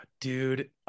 Dude